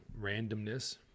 randomness